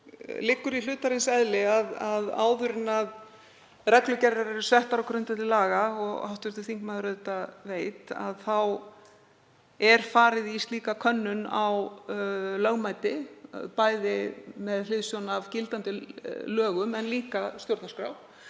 liggur í hlutarins eðli að áður en reglugerðir eru settar á grundvelli laga, eins og hv. þingmaður veit auðvitað, er farið í slíka könnun á lögmæti, bæði með hliðsjón af gildandi lögum en líka stjórnarskrá